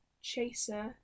chaser